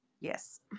Yes